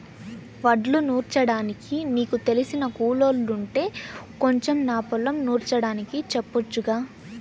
వడ్లు నూర్చడానికి నీకు తెలిసిన కూలోల్లుంటే కొంచెం నా పొలం నూర్చడానికి చెప్పొచ్చుగా